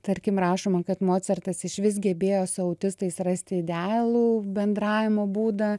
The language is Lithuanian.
tarkim rašoma kad mocartas išvis gebėjo su autistais rasti idealų bendravimo būdą